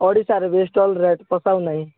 ଓଡ଼ିଶାରେ ବି ଷ୍ଟଲ୍ ରେଟ୍ ପୋଷାଉ ନାହିଁ